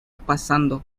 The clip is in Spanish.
pasando